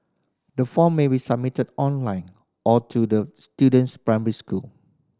the form may be submitted online or to the student's primary school